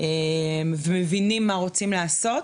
ומבינים מה רוצים לעשות,